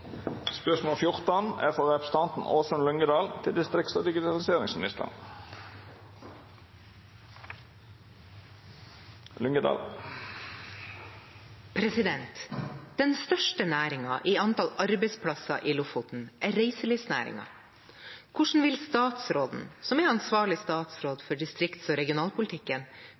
største næringen i antall arbeidsplasser i Lofoten er reiselivsnæringen. Hvordan vil statsråden, som er ansvarlig statsråd for distrikts- og regionalpolitikken,